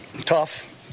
tough